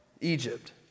Egypt